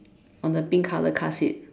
on the pink color car seat